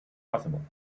possible